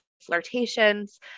flirtations